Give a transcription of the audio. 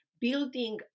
Building